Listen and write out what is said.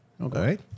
Okay